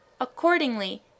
Accordingly